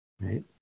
right